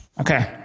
Okay